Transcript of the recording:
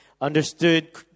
understood